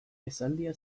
esaldia